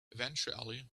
eventually